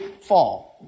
fall